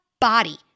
body